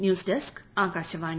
news desk Akashvani